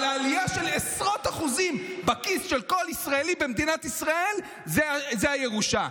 אבל העלייה של עשרות אחוזים בכיס של כל ישראלי במדינת ישראל היא ירושה.